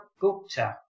gupta